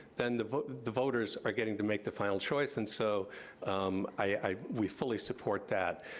then the the voters are getting to make the final choice, and so i, we fully support that.